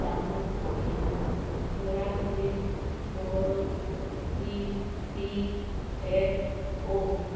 ଚାହୁଁଛି ଦୟାକରି ମୋର ଇ ପି ଏଫ୍ ଓ